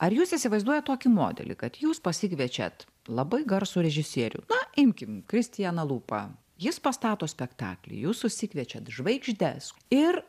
ar jūs įsivaizduojat tokį modelį kad jūs pasikviečiat labai garsų režisierių na imkim kristianą lūpą jis pastato spektaklį jūs susikviečiat žvaigždes ir